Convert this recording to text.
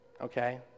Okay